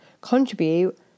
contribute